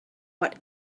what